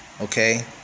Okay